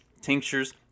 tinctures